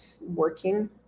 working